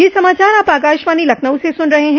ब्रे क यह समाचार आप आकाशवाणी लखनऊ से सुन रहे हैं